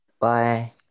Bye